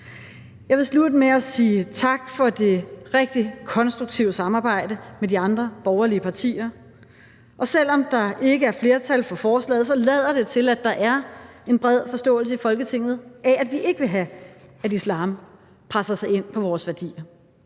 Jeg vil slutte med at sige tak for det rigtig konstruktive samarbejde med de andre borgerlige partier, og selv om der ikke er flertal for forslaget, lader det til, at der er en bred forståelse i Folketinget af, at vi ikke vil have, at islam presser sig ind på vores værdier.